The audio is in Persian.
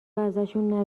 ازشون